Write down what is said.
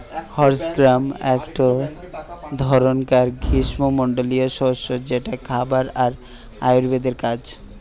horse gram একটো ধরণকার গ্রীস্মমন্ডলীয় শস্য যেটা খাবার আর আয়ুর্বেদের কাজ